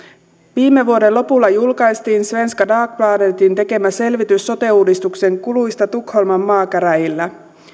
viime vuoden lopulla julkaistiin svenska dagbladetin tekemä selvitys sote uudistuksen kuluista tukholman maakäräjillä